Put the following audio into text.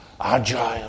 agile